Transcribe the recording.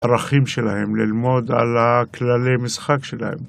ערכים שלהם, ללמוד על הכללי משחק שלהם.